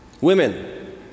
women